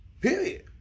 Period